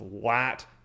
flat